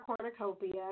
cornucopia